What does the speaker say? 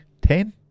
ten